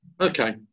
Okay